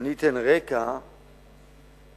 ואני אתן רקע מקצועי,